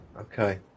Okay